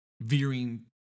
veering